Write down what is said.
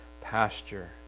pasture